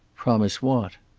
promise what?